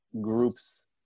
groups